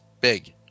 big